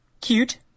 cute